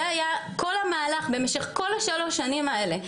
זה היה כל המהלך במשך כל השלוש שנים האלה.